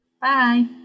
bye